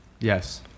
yes